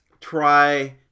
try